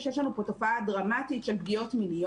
זה שיש לנו פה תופעה דרמטית של פגיעות מיניות,